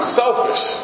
selfish